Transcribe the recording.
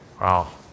Wow